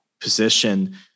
position